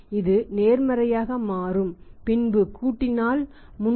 இது நேர்மறையாக மாறும் பின்பு கூட்டினால் 367